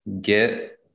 get